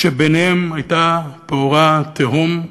שביניהם הייתה פעורה תהום,